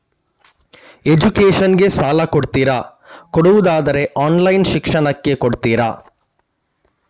Education ಗೆ ಸಾಲ ಕೊಡ್ತೀರಾ, ಕೊಡುವುದಾದರೆ ಆನ್ಲೈನ್ ಶಿಕ್ಷಣಕ್ಕೆ ಕೊಡ್ತೀರಾ?